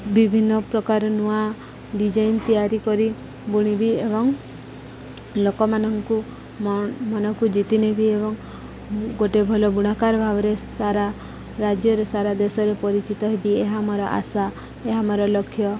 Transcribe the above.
ବିଭିନ୍ନ ପ୍ରକାର ନୂଆ ଡିଜାଇନ ତିଆରି କରି ବୁଣିବି ଏବଂ ଲୋକମାନଙ୍କୁ ମନକୁ ଜିତି ନେବି ଏବଂ ଗୋଟେ ଭଲ ବୁଣାକାର ଭାବରେ ସାରା ରାଜ୍ୟରେ ସାରା ଦେଶରେ ପରିଚିତ ହେବି ଏହା ମୋର ଆଶା ଏହା ମୋର ଲକ୍ଷ୍ୟ